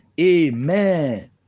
Amen